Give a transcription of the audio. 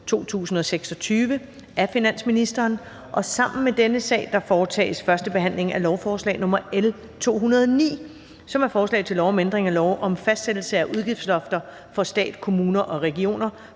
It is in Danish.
31.08.2022). Sammen med dette punkt foretages: 6) 1. behandling af lovforslag nr. L 209: Forslag til lov om ændring af lov om fastsættelse af udgiftslofter for stat, kommuner og regioner